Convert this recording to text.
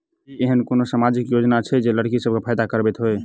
की एहेन कोनो सामाजिक योजना छै जे लड़की सब केँ फैदा कराबैत होइ?